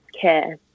care